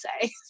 say